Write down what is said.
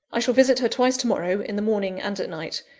i shall visit her twice to-morrow, in the morning and at night.